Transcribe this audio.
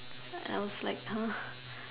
I was like uh